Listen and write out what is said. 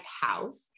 House